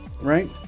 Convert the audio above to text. right